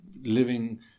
living